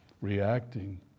reacting